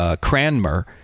Cranmer